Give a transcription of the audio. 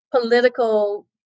political